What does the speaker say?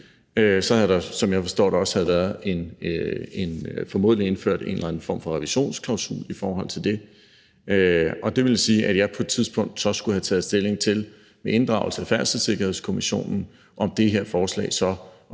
formodentlig også været indført en eller anden form for revisionsklausul i forhold til det, og det vil sige, at jeg på et tidspunkt så skulle have taget stilling til, med inddragelse af Færdselssikkerhedskommissionen i vurderingen, om det her forslag så